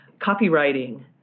copywriting